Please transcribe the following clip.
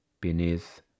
beneath